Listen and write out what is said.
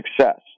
success